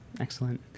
Excellent